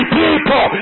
people